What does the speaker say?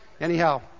Anyhow